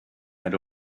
had